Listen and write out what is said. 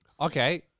Okay